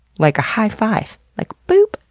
like a high five. like boop!